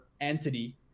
entity